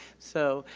so.